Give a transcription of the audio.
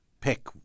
pick